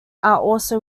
also